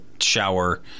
shower